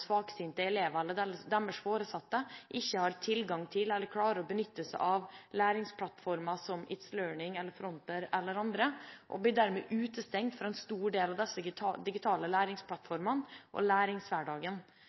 svaksynte elever eller deres foresatte ikke har tilgang til, eller klarer å benytte seg av, læringsplattformer som itslearning eller Fronter eller andre, og dermed blir utestengt fra en stor del av disse digitale